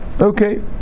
okay